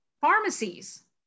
Pharmacies